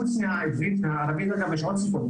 חוץ מעברית ומערבית יש עוד שפות,